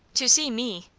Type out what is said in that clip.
to see me!